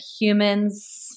humans